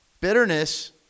Bitterness